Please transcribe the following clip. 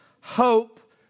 hope